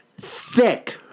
thick